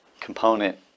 component